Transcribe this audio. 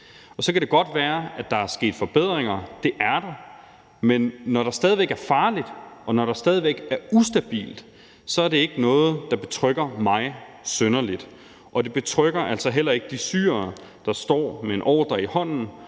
Så kan det godt være, at der er sket forbedringer – det er der – men når der stadig væk er farligt, og når der stadig væk er ustabilt, er det ikke noget, der betrygger mig synderligt, og det betrygger altså heller ikke de syrere, der står med en ordre i hånden